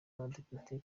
abadepite